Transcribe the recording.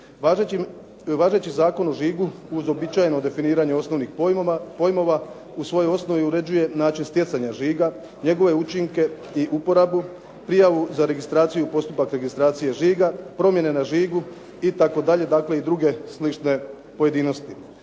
Važeći Zakon o žigu uz uobičajeno definiranje osnovnih pojmova u svojoj osnovi uređuje način stjecanja žiga, njegove učinke i uporabu, prijavu za registraciju i postupak registracije žiga, promjene na žigu itd., dakle i druge slične pojedinosti.